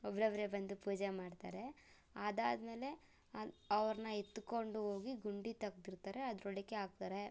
ಒಬ್ರೊಬ್ರೆ ಬಂದು ಪೂಜೆ ಮಾಡ್ತಾರೆ ಅದಾದ್ಮೇಲೆ ಅಲ್ಲಿ ಅವ್ರನ್ನ ಎತ್ಕೊಂಡು ಹೋಗಿ ಗುಂಡಿ ತೆಗ್ದಿರ್ತಾರೆ ಅದ್ರೊಳಕ್ಕೆ ಹಾಕ್ತಾರೆ